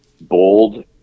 bold